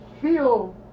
feel